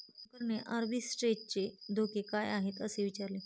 शंकरने आर्बिट्रेजचे धोके काय आहेत, असे विचारले